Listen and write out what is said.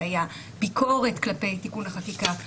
המשפט הייתה ביקורת כלפי תיקון החקיקה,